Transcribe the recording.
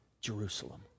Jerusalem